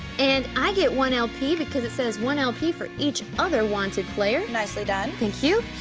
and i get one lp because it says one lp for each other wanted player. nicely done. thank you.